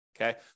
Okay